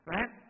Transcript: Right